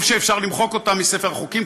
טוב שאפשר למחוק אותן מספר החוקים,